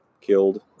killed